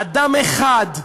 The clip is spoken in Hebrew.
אדם אחד,